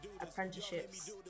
apprenticeships